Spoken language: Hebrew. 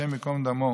השם ייקום דמו,